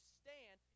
stand